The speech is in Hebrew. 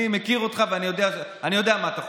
אני מכיר אותך ואני יודע מה אתה חושב,